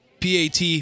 PAT